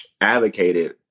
advocated